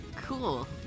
Cool